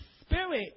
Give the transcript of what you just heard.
spirit